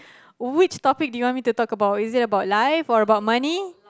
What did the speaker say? which topic do you want me to talk about is it about life or about money